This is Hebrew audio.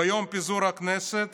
ביום פיזור הכנסת